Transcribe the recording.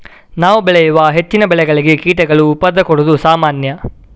ನಾವು ಬೆಳೆಯುವ ಹೆಚ್ಚಿನ ಬೆಳೆಗಳಿಗೆ ಕೀಟಗಳು ಉಪದ್ರ ಕೊಡುದು ಸಾಮಾನ್ಯ